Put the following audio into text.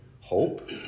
hope